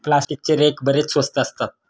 प्लास्टिकचे रेक बरेच स्वस्त असतात